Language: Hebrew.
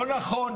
לא נכון.